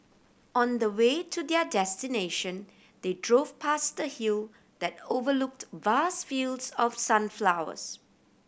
on the way to their destination they drove past the hill that overlooked vast fields of sunflowers